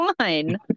fine